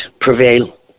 prevail